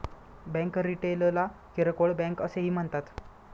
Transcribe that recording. bank रिटेलला किरकोळ bank असेही म्हणतात